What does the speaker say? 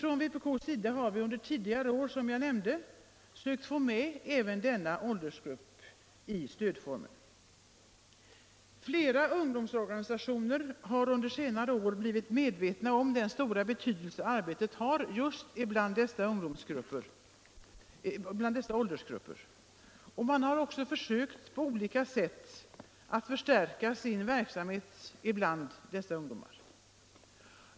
Från vpk:s sida har vi under tidigare år, som jag nämnde, sökt få med även denna åldersgrupp i stödformen. Flera ungdomsorganisationer har under senare år blivit medvetna om den stora betydelsen av arbetet bland ungdom just i denna åldersgrupp. Man har också på olika sätt försökt att förstärka sin verksamhet bland dessa ungdomar.